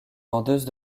vendeuse